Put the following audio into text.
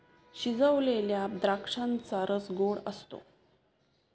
शिजवलेल्या द्राक्षांचा रस गोड असतो